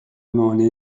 مانع